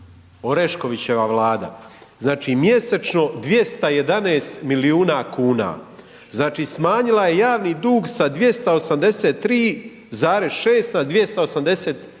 Oreškovićeva vlada. Znači mjesečno 211 milijuna kuna, znači smanjila je javni dug sa 283,6 na 281,7